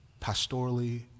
pastorally